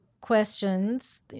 questions